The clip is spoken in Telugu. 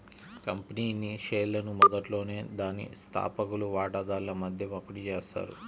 కంపెనీ షేర్లను మొదట్లోనే దాని స్థాపకులు వాటాదారుల మధ్య పంపిణీ చేస్తారు